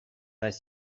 pas